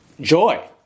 joy